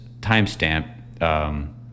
timestamp